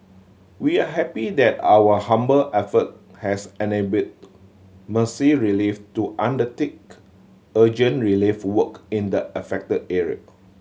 we are happy that our humble effort has enabled Mercy Relief to undertake urgent relief work in the affected area